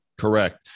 Correct